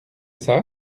c’est